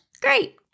great